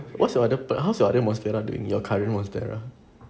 what's your other plant how's your other monstera doing your current monstera